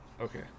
Okay